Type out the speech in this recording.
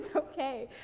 ah okay.